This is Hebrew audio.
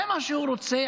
זה מה שהוא רוצה,